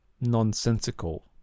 nonsensical